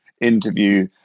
interview